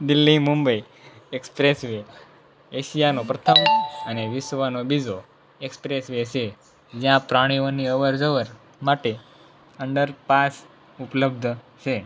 Delhi Mumbai expressway એશિયાનો પ્રથમ અને વિશ્વનો બીજો એક્સપ્રેસવે છે જ્યાં પ્રાણીઓની અવર જવર માટે અંડરપાસ ઉપલબ્ધ છે